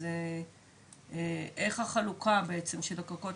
אז אני רוצה לדעת איך החלוקה בעצם הולכת?